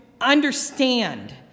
understand